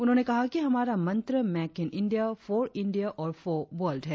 उन्होंने कहा कि हमारा मंत्र make in India for India और फॉर वर्ल्ड है